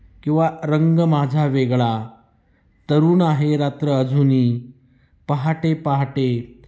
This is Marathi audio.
किंवा रंग माझा वेगळा तरुण आहे रात्र अजुनी पहाटे पहाटे